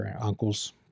uncles